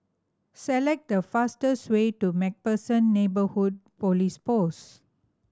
select the fastest way to Macpherson Neighbourhood Police Post